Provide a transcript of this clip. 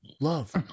Love